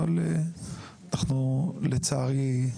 אבל אנחנו לצערי,